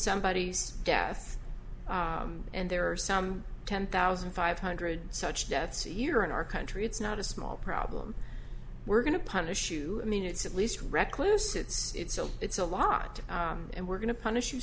somebody's death and there are some ten thousand five hundred such deaths a year in our country it's not a small problem we're going to punish you i mean it's at least reckless it's oh it's a lot and we're going to punish you